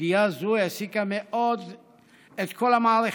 סוגיה זו העסיקה מאוד את כל המערכת,